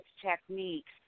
techniques